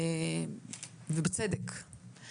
ובצדק.